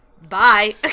bye